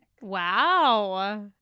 Wow